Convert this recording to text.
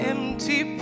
Empty